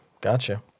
Gotcha